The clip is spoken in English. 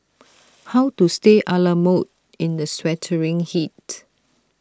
how to stay A la mode in the sweltering heat